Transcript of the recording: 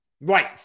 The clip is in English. Right